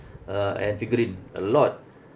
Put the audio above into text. uh and figurine a lot